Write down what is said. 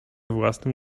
własnym